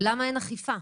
למה אין אכיפה?